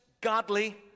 godly